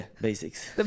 basics